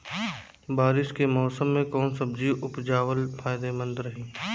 बारिश के मौषम मे कौन सब्जी उपजावल फायदेमंद रही?